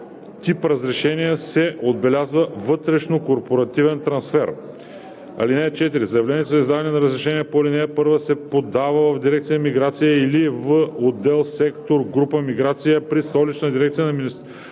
„тип разрешение“ се отбелязва „вътрешнокорпоративен трансфер“. (4) Заявление за издаване на разрешението по ал. 1 се подава в дирекция „Миграция“ или в отдел/сектор/група „Миграция“ при Столичната дирекция на Министерството